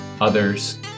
others